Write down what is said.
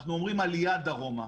אנחנו אומרים "עלייה דרומה".